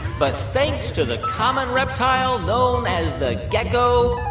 but thanks to the common reptile known as the gecko,